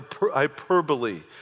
hyperbole